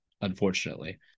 unfortunately